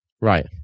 Right